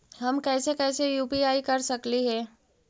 हम कैसे कैसे यु.पी.आई कर सकली हे?